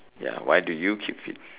ya why do you keep fit